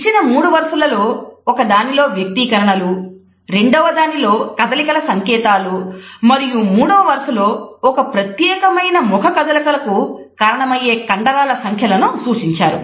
ఇచ్చిన మూడు వరుసలలో ఒక దానిలో వ్యక్తీకరణలు రెండవ దానిలో కదలికల సంకేతాలు మరియు మూడవ వరుసలో ఒక ప్రత్యేకమైన ముఖకదలికకు కారణమయ్యే కండరాల సంఖ్యలను సూచించారు